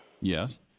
Yes